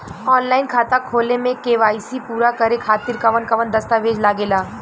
Online खाता खोले में के.वाइ.सी पूरा करे खातिर कवन कवन दस्तावेज लागे ला?